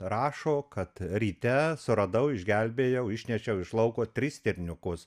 rašo kad ryte suradau išgelbėjau išnešiau iš lauko tris stirniukus